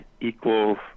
equals